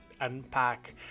unpack